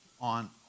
on